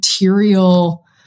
material